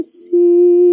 see